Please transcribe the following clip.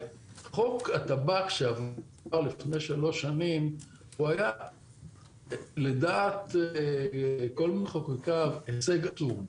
חוק הטבק שעבר לפני שלוש שנים היה לדעת כל מחוקקיו הישג עצום.